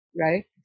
right